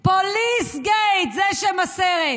פוליסגייט, זה שם הסרט.